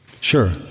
Sure